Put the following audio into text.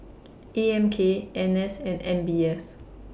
A M K N S and M B S